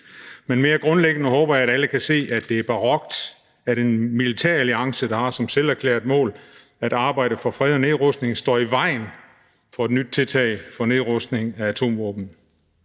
Men mere grundlæggende håber jeg, at alle kan se, at det er barokt, at en militæralliance, der har som et selverklæret mål at arbejde for fred og nedrustning, står i vejen for et nyt tiltag for nedrustning af atomvåben.